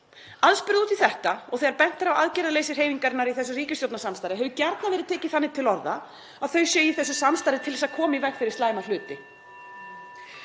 Aðspurð út í þetta og þegar bent er á aðgerðaleysi hreyfingarinnar í þessu ríkisstjórnarsamstarfi hefur gjarnan verið tekið þannig til orða að þau séu í þessu samstarfi til að koma í veg fyrir slæma hluti.